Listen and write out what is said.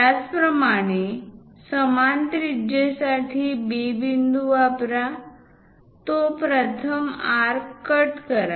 त्याचप्रमाणे समान त्रिज्या साठी B बिंदू वापरा तो प्रथम आर्क कट करा